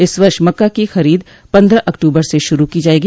इस वर्ष मक्का की खरीद पन्द्रह अक्टूबर से शुरू की जायेगी